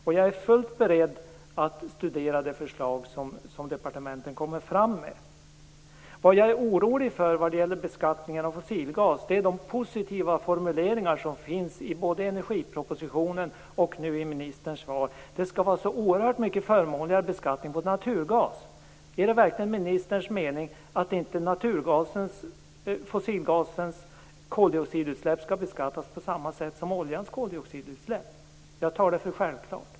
Jag är fullt beredd att studera de förslag som departementen kommer fram med. Vad jag är orolig för vad gäller beskattningen av fossilgas är de positiva formuleringar som finns i både energipropositionen och nu i ministerns svar, nämligen att det skall vara en så oerhört mycket förmånligare beskattning av naturgas. Är det verkligen ministerns mening att naturgasens och fossilgasens koldioxidutsläpp inte skall beskattas på samma sätt som oljans koldioxidutsläpp? Jag tar det för självklart.